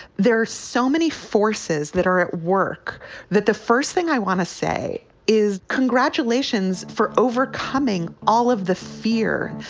there are so many forces that are at work that the first thing i want to say is congratulations for overcoming all of the fear,